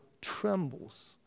trembles